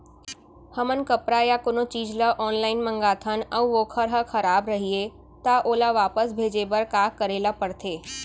हमन कपड़ा या कोनो चीज ल ऑनलाइन मँगाथन अऊ वोकर ह खराब रहिये ता ओला वापस भेजे बर का करे ल पढ़थे?